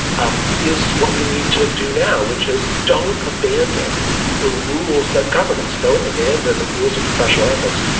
um is what we need to do now, which is don't abandon the rules that govern us, don't abandon the rules of professional ethics.